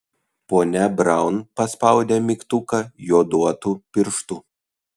ponia braun paspaudė mygtuką joduotu pirštu